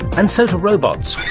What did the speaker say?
and so to robots.